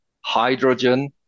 hydrogen